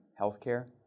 healthcare